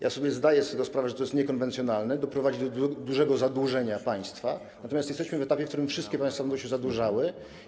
Ja sobie zdaję z tego sprawę, że to jest niekonwencjonalne doprowadzić do dużego zadłużenia państwa, ale jesteśmy na etapie, w którym wszystkie państwa będą się zadłużały.